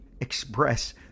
Express